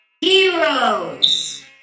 Heroes